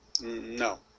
no